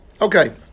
Okay